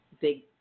big